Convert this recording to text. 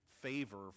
favor